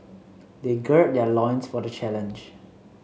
they gird their loins for the challenge